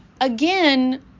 Again